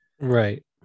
Right